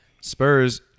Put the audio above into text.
Spurs